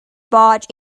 barge